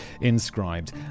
inscribed